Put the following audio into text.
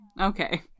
Okay